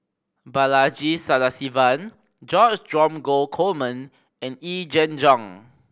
Balaji Sadasivan George Dromgold Coleman and Yee Jenn Jong